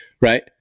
right